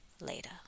Later